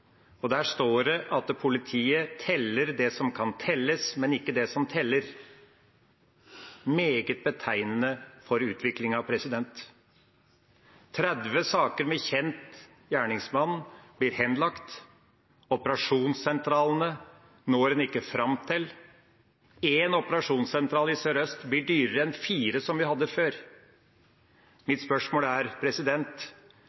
sommer. Der står det at politiet teller det som kan telles, men ikke det som teller – meget betegnende for utviklingen. Tretti saker med kjent gjerningsmann blir henlagt, operasjonssentralene når en ikke fram til, og én operasjonssentral i Sør-Øst blir dyrere enn fire, som vi hadde før.